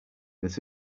that